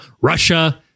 Russia